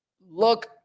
look